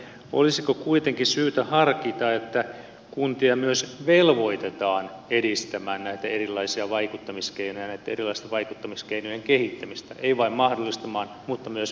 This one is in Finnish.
olisiko kuitenkin syytä harkita että kuntia myös velvoitetaan edistämään näitten erilaisten vaikuttamiskeinojen kehittämistä ei vain mahdollisteta vaan myös velvoitetaan